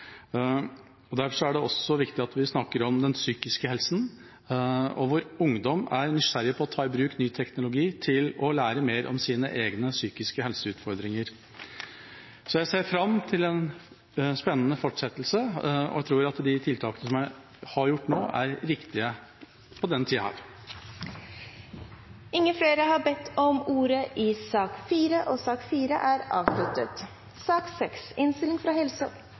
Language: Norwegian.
Derfor er det også viktig at vi snakker om den psykiske helsen, hvor ungdom er nysgjerrig på å ta i bruk ny teknologi til å lære mer om sine egne psykiske helseutfordringer. Så jeg ser fram til en spennende fortsettelse og tror at de tiltakene som vi har gjort nå, er riktige på denne tida. Flere har ikke bedt om ordet til sak nr. 4. Etter ønske fra helse- og